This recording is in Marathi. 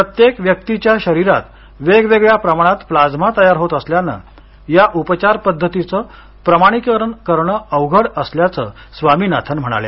प्रत्येक व्यक्तीच्या शरीरात वेगवेगळ्या प्रमाणात प्लाझ्मा तयार होत असल्यानं या उपचार पद्धतीचं प्रमाणीकरण करणं अवघड असल्याचं स्वामिनाथन म्हणाल्या